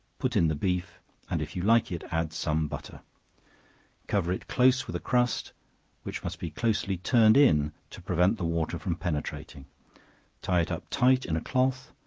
put in the beef, and if you like it, add some butter cover it close with a crust which must be closely turned in to prevent the water from penetrating tie it up tight in a cloth,